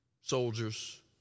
soldiers